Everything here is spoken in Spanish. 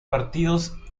partidos